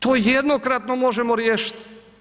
To jednokratno možemo riješiti.